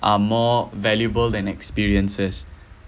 are more valuable than experiences